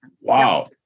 wow